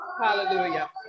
hallelujah